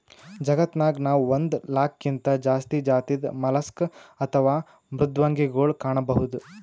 ಜಗತ್ತನಾಗ್ ನಾವ್ ಒಂದ್ ಲಾಕ್ಗಿಂತಾ ಜಾಸ್ತಿ ಜಾತಿದ್ ಮಲಸ್ಕ್ ಅಥವಾ ಮೃದ್ವಂಗಿಗೊಳ್ ಕಾಣಬಹುದ್